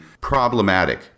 problematic